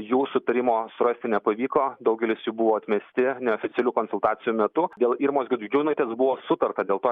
jų sutarimo surasti nepavyko daugelis jų buvo atmesti neoficialių konsultacijų metu dėl irmos gudžiūnaitės buvo sutarta dėl to